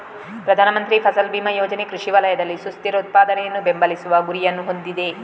ಪ್ರಧಾನ ಮಂತ್ರಿ ಫಸಲ್ ಬಿಮಾ ಯೋಜನೆ ಕೃಷಿ ವಲಯದಲ್ಲಿ ಸುಸ್ಥಿರ ಉತ್ಪಾದನೆಯನ್ನು ಬೆಂಬಲಿಸುವ ಗುರಿಯನ್ನು ಹೊಂದಿದೆ